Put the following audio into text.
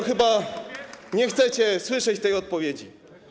Chyba nie chcecie słyszeć tej odpowiedzi.